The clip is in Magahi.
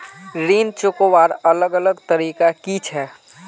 ऋण चुकवार अलग अलग तरीका कि छे?